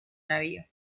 navío